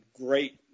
great